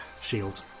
shield